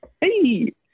Hey